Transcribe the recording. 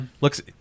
looks